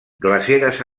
glaceres